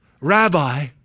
Rabbi